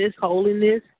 holiness